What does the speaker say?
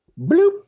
bloop